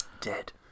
Dead